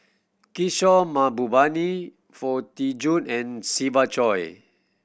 Kishore Mahbubani Foo Tee Jun and Siva Choy